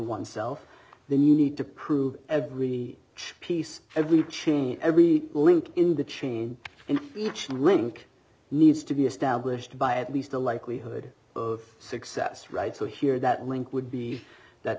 oneself then you need to prove every piece every chain every link in the chain and each link needs to be established by at least a likelihood of success right so here that link would be that